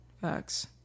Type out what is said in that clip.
Facts